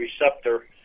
receptor